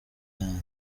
yanjye